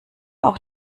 auch